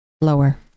Lower